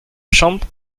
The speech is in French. chambre